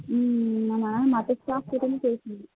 ம் ம் நம்ம மற்ற ஸ்டாஃப் கிட்டேயும் பேசணும்